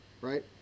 right